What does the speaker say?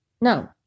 no